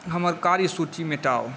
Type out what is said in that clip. हमर कार्य सूची मेटाऊ